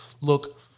look